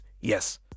Yes